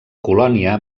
colònia